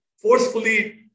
forcefully